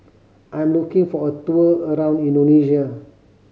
I'm looking for a tour around Indonesia